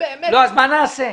אז מה נעשה?